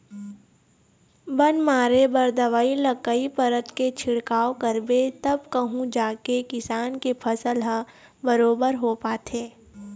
बन मारे बर दवई ल कई परत के छिड़काव करबे तब कहूँ जाके किसान के फसल ह बरोबर हो पाथे